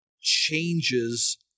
changes